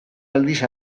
aldiz